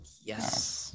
Yes